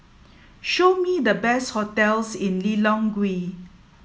show me the best hotels in Lilongwe